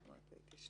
זאת אומרת ההתיישנות